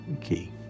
key